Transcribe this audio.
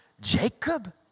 Jacob